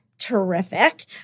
terrific